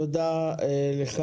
תודה לך.